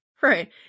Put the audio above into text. Right